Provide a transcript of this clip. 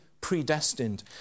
predestined